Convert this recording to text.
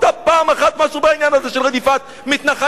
עשתה פעם אחת משהו בעניין הזה של רדיפת מתנחלים,